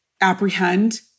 apprehend